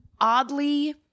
oddly